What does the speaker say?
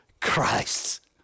Christ